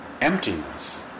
emptiness